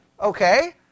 Okay